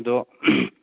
ꯑꯗꯣ